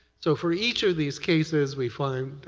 so for each of these cases, we find